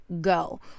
go